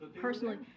personally